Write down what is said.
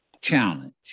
challenge